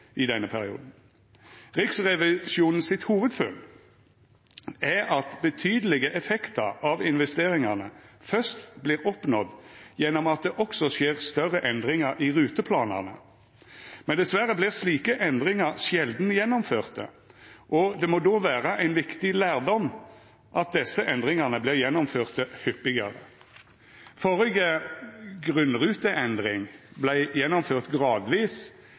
i denne perioden. Riksrevisjonens hovudfunn er at betydelege effektar av investeringane først vert oppnådde gjennom at det òg skjer større endringar i ruteplanane. Dessverre vert slike endringar sjeldan gjennomførte, og det må då vera ein viktig lærdom at desse endringane vert gjennomførte hyppigare. Den førre grunnruteendringa vart gjennomført gradvis